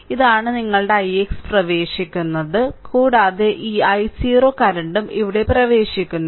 ഇതാണ് നിങ്ങളുടെ ix പ്രവേശിക്കുന്നത് കൂടാതെ ഈ i0 കറന്റും ഇവിടെ പ്രവേശിക്കുന്നു